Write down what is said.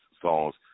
songs